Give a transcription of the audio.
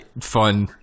fun